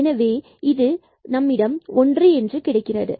எனவே நம்மிடம் ஒன்றாகிறது